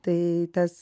tai tas